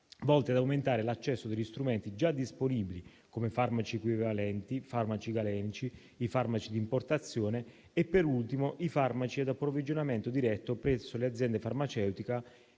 volti ad aumentare l'accesso dagli strumenti già disponibili, come farmaci equivalenti, farmaci galenici, i farmaci di importazione e, per ultimo, i farmaci ad approvvigionamento diretto presso le aziende farmaceutiche